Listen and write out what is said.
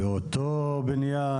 באותו בניין.